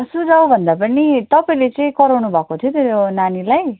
सुझाउ भन्दा पनि तपाईँले चाहिँ कराउनु भएको थियो त्यो नानीलाई